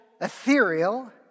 ethereal